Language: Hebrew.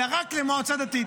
אלא רק למועצה דתית.